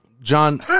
John